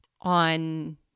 on